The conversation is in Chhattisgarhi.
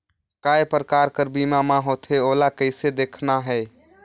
काय प्रकार कर बीमा मा होथे? ओला कइसे देखना है?